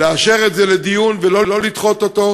לאשר את זה לדיון ולא לדחות את זה.